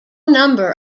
number